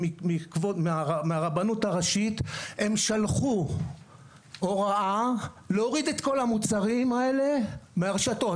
מהרבנות הראשית שלחו הוראה להוריד את כל המוצרים האלה מהרשתות,